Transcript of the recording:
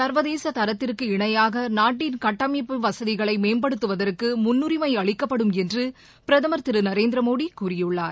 சர்வதேச தரத்திற்கு இணையாக நாட்டின் கட்டமைப்பு வசதிகளை மேம்படுத்துவதற்கு முன்னுரிமை அளிக்கப்படும் என்று பிரதமர் திரு நரேந்திர மோடி கூறியுள்ளார்